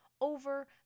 over